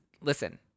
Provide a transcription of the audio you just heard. listen